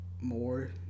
more